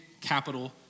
capital